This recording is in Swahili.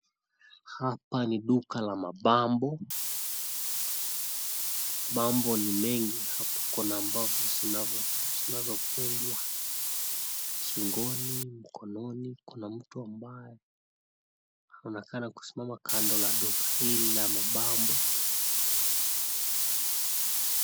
Hapa ni duka la mapambo. Pambo ni mengi, hapa kuna ambazo zinazofungwa shingoni, mkononi, kuna mtu ambaye anaonekana kusimama kando ya duka hili la mapambo.